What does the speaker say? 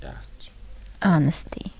honesty